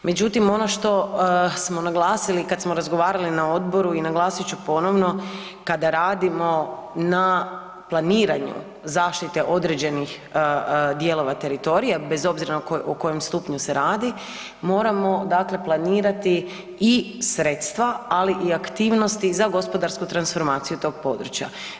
Međutim, ono što smo naglasili kad smo razgovarali na odboru i naglasit ću ponovo, kada radimo na planiranju zaštite određenih dijelova teritorija, bez obzira o kojem stupnju se radi, moramo dakle, planirati i sredstva, ali i aktivnosti za gospodarsku transformaciju tog područja.